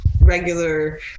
regular